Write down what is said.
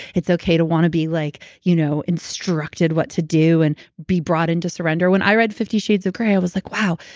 it's okay to want to be like you know instructed what to do and be brought into surrender. when i read fifty shades of grey i was like, wow.